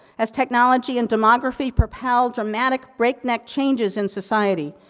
as technology and demography propel dramatic breakneck changes in society.